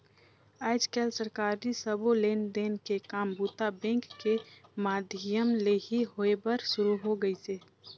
आयज कायल सरकारी सबो लेन देन के काम बूता बेंक के माधियम ले ही होय बर सुरू हो गइसे